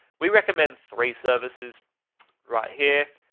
we recommend three services right here,